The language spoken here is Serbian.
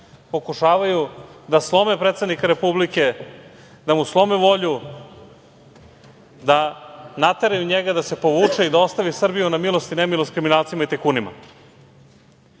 pokušavaju da slome predsednika Republike, da mu slome volju da nateraju njega da se povuče i da ostavi Srbiju na milost i nemilost kriminalcima i tajkunima.